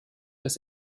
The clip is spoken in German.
des